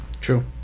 True